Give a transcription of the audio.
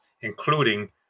including